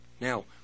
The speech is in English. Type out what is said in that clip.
Now